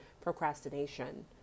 procrastination